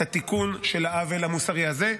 את התיקון של העוול המוסרי הזה.